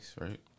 right